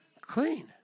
Clean